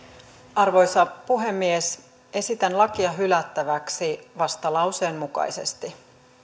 arvoisa puhemies esitän lakia hylättäväksi vastalauseen mukaisesti